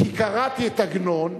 כי קראתי את עגנון,